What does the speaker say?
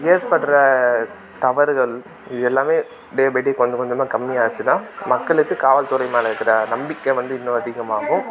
ஏற்படுற தவறுகள் இது எல்லாமே டே பை டே கொஞ்சம் கொஞ்சமாக கம்மியாச்சுன்னா மக்களுக்கு காவல்துறை மேலே இருக்கிற நம்பிக்கை வந்து இன்னும் அதிகமாகும்